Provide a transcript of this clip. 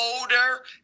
older